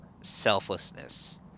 selflessness